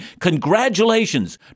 congratulations